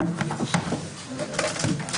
הישיבה ננעלה בשעה 11:10.